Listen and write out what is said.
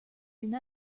une